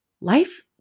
life